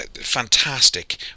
fantastic